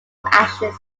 ashes